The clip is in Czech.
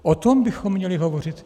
O tom bychom měli hovořit.